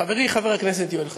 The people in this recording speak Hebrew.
חברי חבר הכנסת יואל חסון,